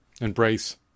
embrace